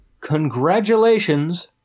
Congratulations